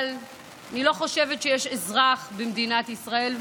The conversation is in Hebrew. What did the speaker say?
אבל אני לא חושבת שיש אזרח במדינת ישראל,